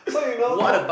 so you know